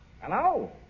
Hello